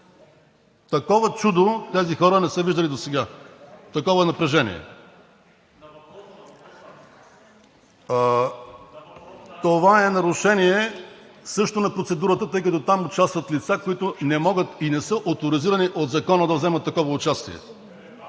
Такова чудо тези хора не са виждали досега, такова напрежение. Това е нарушение също на процедурата, тъй като там участват лица, които не могат и не са оторизирани от закона да вземат такова участие.